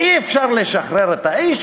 אי-אפשר לשחרר את האיש,